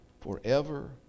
forever